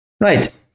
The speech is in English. Right